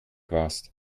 warst